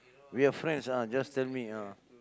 we are friends ah just tell me ah